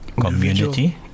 community